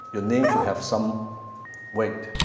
your name should have some weight.